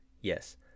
Yes